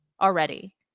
already